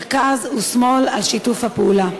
המרכז והשמאל על שיתוף הפעולה.